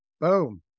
Boom